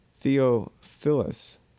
Theophilus